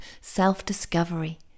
self-discovery